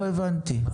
לא הבנתי.